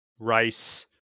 rice